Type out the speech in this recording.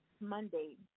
Monday